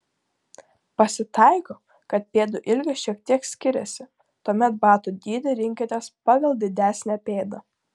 pasitaiko kad pėdų ilgis šiek tiek skiriasi tuomet batų dydį rinkitės pagal didesnę pėdą